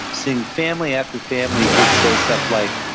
seeing family after family who would say stuff like,